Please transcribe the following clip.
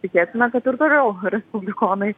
tikėtina kad ir toliau respublikonai